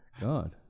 God